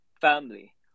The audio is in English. family